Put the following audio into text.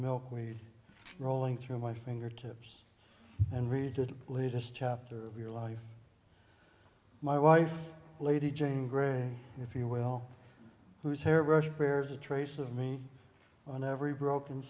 milkweed rolling through my fingertips and read the latest chapter of your life my wife lady jane grey if you will whose hair brush bears a trace of me on every broken